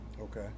Okay